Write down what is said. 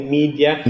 media